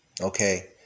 okay